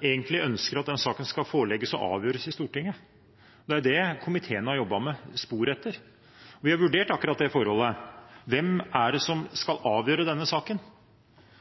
egentlig ønsker at saken skal forelegges og avgjøres i Stortinget. Det er det sporet komiteen har jobbet etter. Vi har vurdert akkurat det forholdet. Hvem er det som skal avgjøre denne saken?